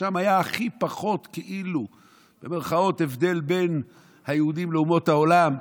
ששם היה הכי פחות "הבדל" בין היהודים לאומות העולם.